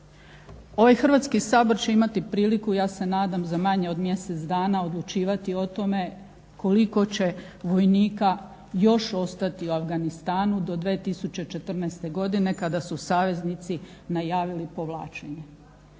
ovaj Hrvatski sabor će imati priliku, ja se nadam za manje od mjesec dana odlučivati o tome koliko će vojnika još ostati u Afganistanu do 2014. godine kada su saveznici najavili povlačenje.